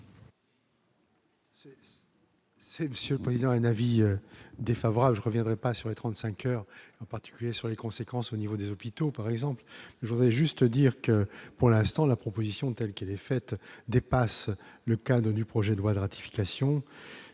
C'est. C'est une un avis défavorable je reviendrai pas sur les 35 heures, en particulier sur les conséquences au niveau des hôpitaux par exemple, je voudrais juste dire que pour l'instant la proposition telle qu'elle est faite dépasse le cadre du projet de loi de ratification